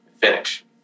finish